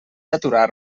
aturar